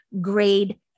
grade